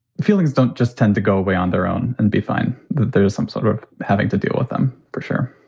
feelings don't just tend to go away on their own and be fine, that there's some sort of having to deal with them for sure.